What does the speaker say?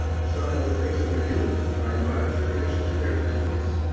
some of the things that we do are monitor emissions of air pollutants